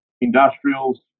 industrials